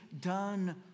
done